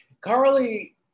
Carly